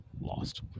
lost